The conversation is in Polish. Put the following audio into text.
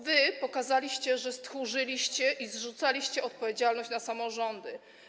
Wy pokazaliście, że stchórzyliście, i zrzucaliście odpowiedzialność na samorządy.